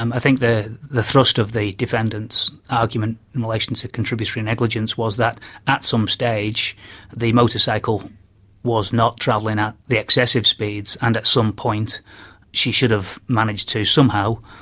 um i think the the thrust of the defendants' argument in relation to contributory negligence was that at some stage the motorcycle was not travelling at the excessive speeds and at some point she should have managed to somehow,